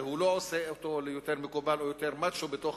והוא לא עושה אותו ליותר מקובל או יותר מאצ'ו בתוך